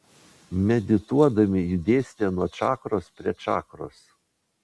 medituodami judėsite nuo čakros prie čakros